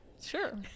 sure